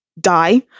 die